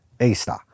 Easter